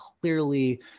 Clearly